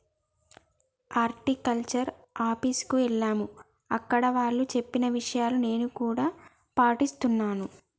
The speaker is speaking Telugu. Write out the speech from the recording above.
హార్టికల్చర్ ఆఫీస్ కు ఎల్లాము అక్కడ వాళ్ళు చెప్పిన విషయాలు నేను కూడా పాటిస్తున్నాను